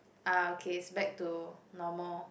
ah okay it's back to normal